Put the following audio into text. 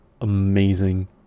amazing